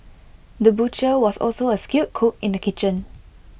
the butcher was also A skilled cook in the kitchen